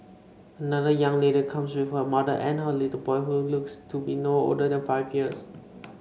another young lady comes with her mother and a little boy who looks to be no older than five years